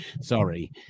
Sorry